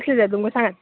कसले जाय तुमता सांगात